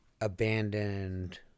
abandoned